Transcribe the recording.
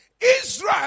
Israel